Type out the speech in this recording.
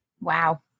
Wow